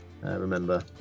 remember